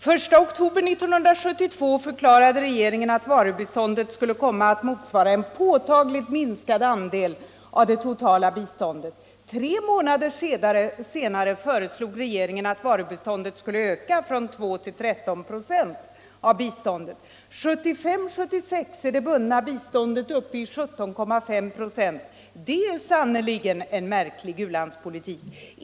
Den 1 oktober 1972 förklarade regeringen att varubiståndet skulle komma att motsvara ”en påtagligt minskad andel av det totala biståndet”. Tre månader senare föreslog regeringen att varubiståndet skulle öka från 2 till 13 926 av biståndet. Budgetåret 1975/76 är det bundna biståndet uppe i 17,5 26. Det är sannerligen en märklig u-landspolitik.